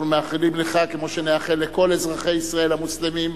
אנחנו מאחלים לך כמו שנאחל לכל אזרחי ישראל המוסלמים,